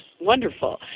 wonderful